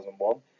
2001